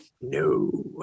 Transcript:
no